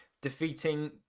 defeating